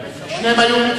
שתיהן הגיעו לבשלות.